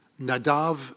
Nadav